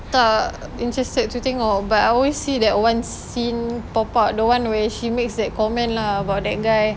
tak interested untuk tengok> but I always see that one scene pop up the one where she makes that comment lah about that guy